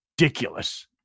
ridiculous